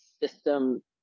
system